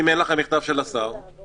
אם אין לכם מכתב של השר --- לא,